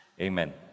Amen